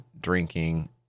drinking